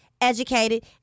educated